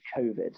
COVID